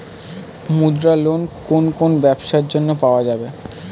মুদ্রা লোন কোন কোন ব্যবসার জন্য পাওয়া যাবে?